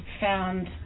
found